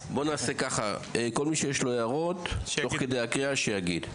לכל מי שיש הערות תוך כדי הקריאה שיגיד.